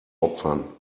opfern